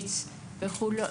עץ וכולי.